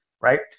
right